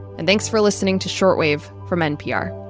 and thanks for listening to short wave from npr.